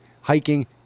hiking